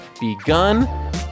begun